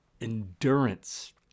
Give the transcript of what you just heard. endurance